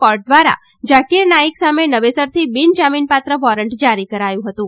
court દ્વારા ઝકીર નાઇક સામે નવેસરથી બિનજામીનપાત્ર વોરંટ જારી કરાયું હતું